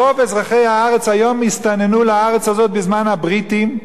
רוב אזרחי הארץ היום הסתננו לארץ הזאת בזמן הבריטים,